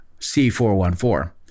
C414